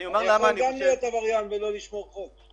אני גם יכול להיות עבריין ולא לשמור חוק,